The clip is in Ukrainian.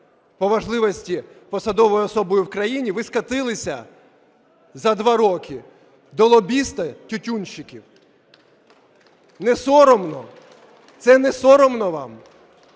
по важливості посадовою особою в країні, ви скотилися за два роки до лобіста тютюнщиків. Не соромно? Це не соромно вам?